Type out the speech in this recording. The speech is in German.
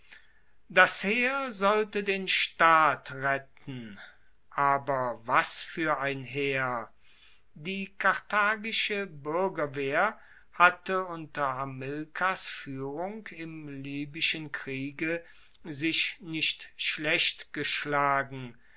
das heer sollte den staat retten aber was fuer ein heer die karthagische buergerwehr hatte unter hamilkars fuehrung im libyschen kriege sich nicht schlecht geschlagen